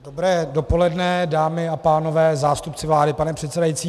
Dobré dopoledne, dámy a pánové, zástupci vlády, pane předsedající.